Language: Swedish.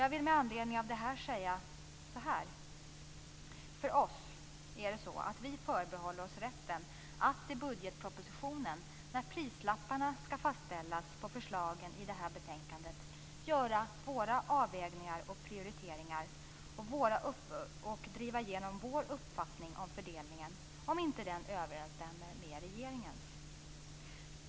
Jag vill med anledning av det här säga så här: Vi förbehåller oss rätten att i budgetpropositionen när prislapparna skall fastställas på förslagen i det här betänkandet göra våra avvägningar och prioriteringar och driva igenom vår uppfattning om fördelningen om den inte överensstämmer med regeringens.